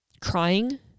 crying